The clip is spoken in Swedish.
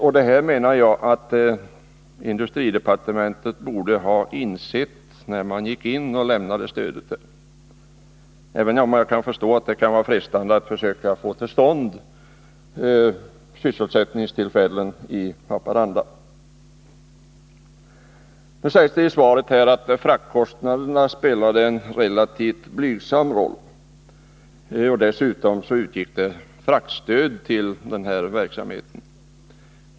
Och det här menar jag att industridepartementet borde ha insett när man gick in och lämnade stödet, även om jag kan förstå att det kan vara frestande att försöka få till stånd sysselsättningstillfällen i Haparanda. Det sägs i svaret att fraktkostnaderna spelade en relativt blygsam roll och att det dessutom utgick fraktstöd till verksamheten.